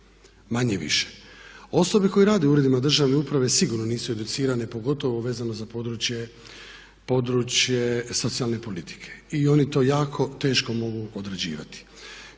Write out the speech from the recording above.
manje-više. Osobe koje rade u uredima državne uprave sigurno nisu educirane pogotovo vezano za područje socijalne politike i oni to jako teško mogu odrađivati.